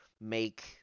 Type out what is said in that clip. make